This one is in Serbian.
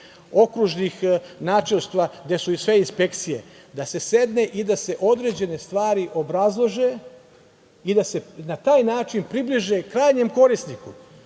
okružnih načelstva, gde su i sve inspekcije, da se sedne i da se određene stvari obrazlože i da se na taj način približe krajnjem korisniku,